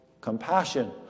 compassion